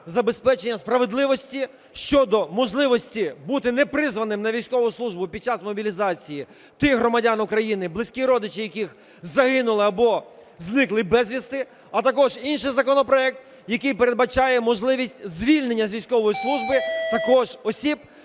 забезпечення справедливості щодо можливості бути непризваним на військову службу під час мобілізації тих громадян України, близькі родичі яких загинули або зникли безвісти, а також інший законопроект, який передбачає можливість звільнення з військової служби також осіб,